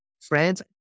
friends